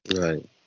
Right